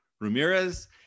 Ramirez